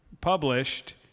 published